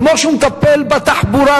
כמו שהוא מטפל בתחבורה,